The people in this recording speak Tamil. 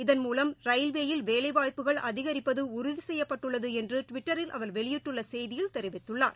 இதன் ரயில்வேயில் வேலைவாய்ப்புகள் மூலம் அதிகரிப்பதுஉறுதிசெய்யப்பட்டுள்ளதுஎன்றுடுவிட்டரில் அவர் வெளியிட்டுள்ளசெய்தியில் தெரிவித்துள்ளார்